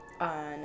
on